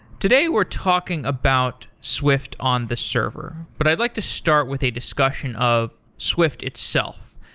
today, we're talking about swift on the server, but i'd like to start with a discussion of swift itself.